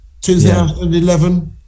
2011